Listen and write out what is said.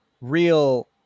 real